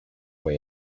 way